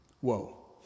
Whoa